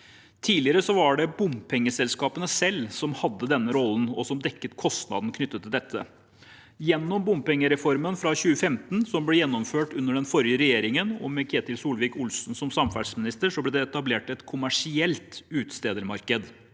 Tidligere var det bompengeselskapene selv som hadde denne rollen, og som dekket kostnadene knyttet til dette. Gjennom bompengereformen fra 2015, som ble gjennomført under den forrige regjeringen, og med Ketil Solvik-Olsen som samferdselsminister, ble det etablert et kommersielt utstedermarked.